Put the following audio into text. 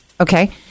Okay